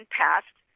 passed